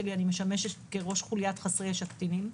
אני משמשת ראש חוליית חסרי ישע קטינים,